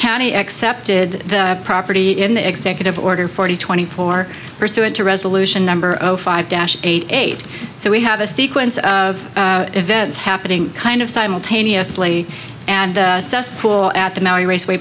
county accepted the property in the executive order forty twenty four pursuant to resolution number of five dash eight eight so we have a sequence of events happening kind of simultaneously and pool at the mary raceway